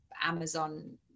Amazon